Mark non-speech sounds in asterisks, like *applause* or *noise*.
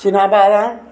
*unintelligible*